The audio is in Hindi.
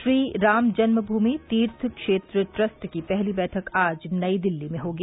श्रीराम जन्मभूमि तीर्थ क्षेत्र ट्रस्ट की पहली बैठक आज नयी दिल्ली में होगी